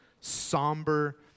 somber